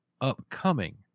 upcoming